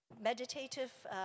meditative